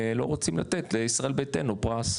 ולא רוצים לתת לישראל ביתנו פרס,